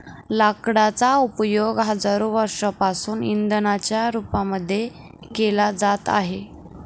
लाकडांचा उपयोग हजारो वर्षांपासून इंधनाच्या रूपामध्ये केला जात आहे